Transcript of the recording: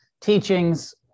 teachings